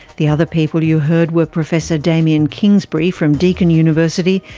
the other people you heard were professor damien kingsbury from deakin university,